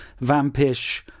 vampish